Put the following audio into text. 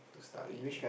to study in